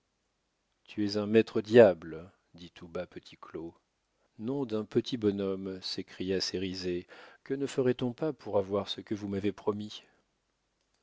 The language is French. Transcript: tu es un maître diable dit tout bas petit claud nom d'un petit bonhomme s'écria cérizet que ne ferait-on pas pour avoir ce que vous m'avez promis